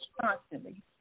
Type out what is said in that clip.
constantly